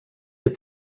des